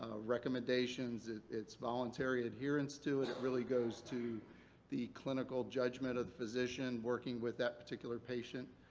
ah recommendations that it's voluntary adherence to it. it really goes to the clinical judgment of the physician working with that particular patient.